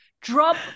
Drop